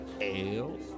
ale